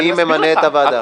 מי ממנה את הוועדה?